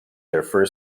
their